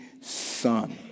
son